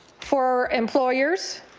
for employers.